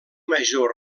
major